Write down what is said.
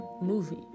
movie